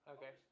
Okay